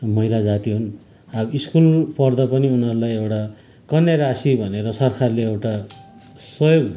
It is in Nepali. महिला जाति हुन् अब स्कुल पढ्दा पनि उनीहरूलाई एउटा कन्याराशी भनेर सरकारले एउटा सहयोग